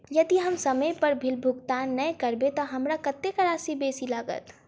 यदि हम समय पर बिल भुगतान नै करबै तऽ हमरा कत्तेक राशि बेसी लागत?